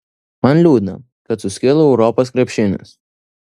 man liūdna kad suskilo europos krepšinis